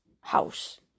house